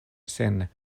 sen